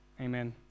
Amen